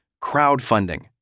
Crowdfunding